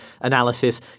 analysis